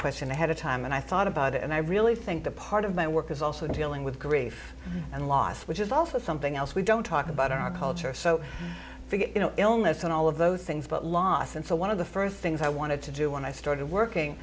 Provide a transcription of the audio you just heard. question ahead of time and i thought about it and i really think that part of my work is also dealing with grief and loss which is also something else we don't talk about our culture so forget you know illness and all of those things but loss and so one of the first things i wanted to do when i started working